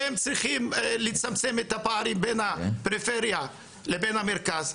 הם צריכים לצמצם את הפערים בין הפריפריה לבין המרכז,